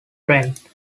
trent